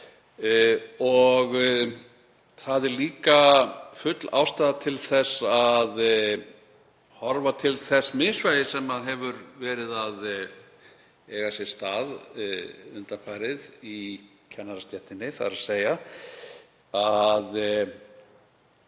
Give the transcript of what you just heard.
Það er líka full ástæða til þess að horfa til þess misvægis sem hefur verið að eiga sér stað undanfarið í kennarastéttinni. Leikskólastigið